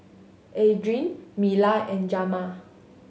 Adriene Mila and Jamar